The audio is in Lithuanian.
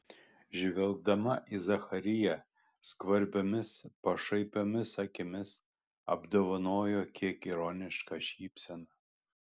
žvelgdama į zachariją skvarbiomis pašaipiomis akimis apdovanojo kiek ironiška šypsena